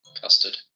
Custard